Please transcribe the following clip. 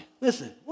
Listen